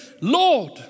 Lord